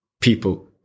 people